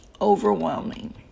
Overwhelming